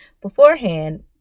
beforehand